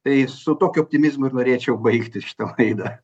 tai su tokiu optimizmu ir norėčiau baigti šitą laidą